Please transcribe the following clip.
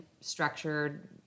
structured